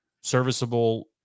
serviceable